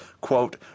quote